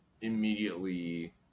immediately